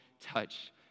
touch